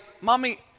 Mommy